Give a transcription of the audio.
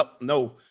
No